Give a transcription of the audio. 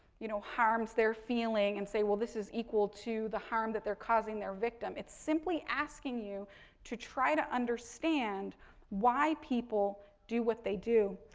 you know, harms their feeling and say well this is equal to the harm that they're causing their victim. it's simply asking you to try to understand why people do what they do.